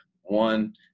one